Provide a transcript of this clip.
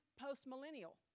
post-millennial